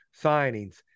signings